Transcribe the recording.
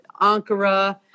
Ankara